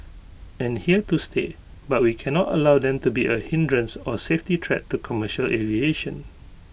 are here to stay but we can not allow them to be A hindrance or safety threat to commercial aviation